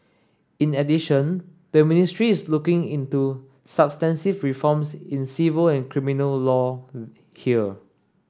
in addition the ministry is looking into substantive reforms in civil and criminal law here